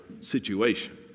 situation